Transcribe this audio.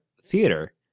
theater